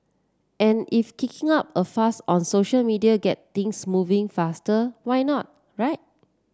and if kicking up a fuss on social media get things moving faster why not right